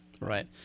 Right